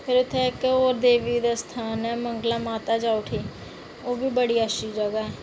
ते इत्थै इक्क होर देवा दा स्थान ऐ मंगला माता जाओ उठी ओह्बी बड़ी शैल जगह ऐ